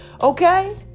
Okay